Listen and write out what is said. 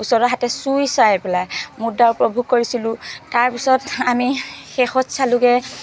ওচৰত হাতে চুই চাই পেলাই মুদ্ৰা উপভোগ কৰিছিলো তাৰপিছত আমি শেষত চালোগৈ